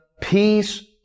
peace